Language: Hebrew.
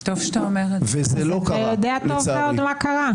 אתה יודע טוב מאוד מה קרה.